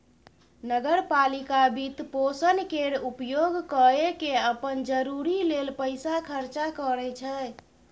नगर पालिका वित्तपोषण केर उपयोग कय केँ अप्पन जरूरी लेल पैसा खर्चा करै छै